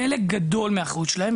חלק גדול מהאחריות שלהם,